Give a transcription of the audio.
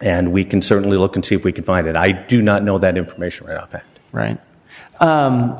and we can certainly look and see if we can find it i do not know that information right